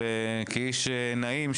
כאיש נעים,